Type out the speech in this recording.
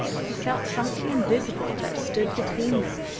he felt something invisible that stood between them,